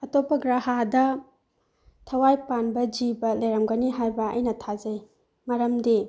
ꯑꯇꯣꯞꯄ ꯒ꯭ꯔꯍꯗ ꯊꯋꯥꯏ ꯄꯥꯟꯕ ꯖꯤꯕ ꯂꯩꯔꯝꯒꯅꯤ ꯍꯥꯏꯕ ꯑꯩꯅ ꯊꯥꯖꯩ ꯃꯔꯝꯗꯤ